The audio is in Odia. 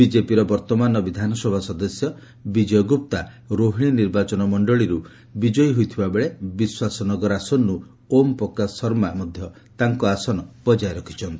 ବିଜେପିର ବର୍ତ୍ତମାନର ବିଧାନସଭା ସଦସ୍ୟ ବିଜୟ ଗୁପ୍ତା ରୋହିଣୀ ନିର୍ବାଚନ ମଣ୍ଡଳୀରୁ ବିଜୟୀ ହୋଇଥିବା ବେଳେ ବିଶ୍ୱାସନଗର ଆସନରୁ ଓମ୍ପ୍ରକାଶ ଶର୍ମା ମଧ୍ୟ ତାଙ୍କ ଆସନ ବଜାୟ ରଖିଛନ୍ତି